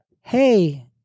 Hey